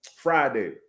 Friday